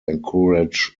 encourage